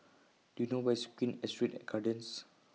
Do YOU know Where IS Queen Astrid Gardens